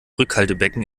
rückhaltebecken